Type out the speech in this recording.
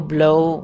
Blow